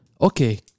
Okay